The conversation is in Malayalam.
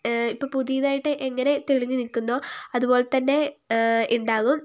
ഇപ്പോൾ പുതിയതായിട്ട് എങ്ങനെ തെളിഞ്ഞുനിൽക്കുന്നോ അതുപോലെതന്നെ ഉണ്ടാകും